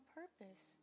purpose